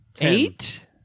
eight